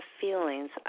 feelings